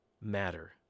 matter